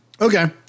Okay